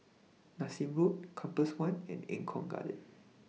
Nassim Road Compass one and Eng Kong Garden